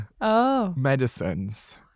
medicines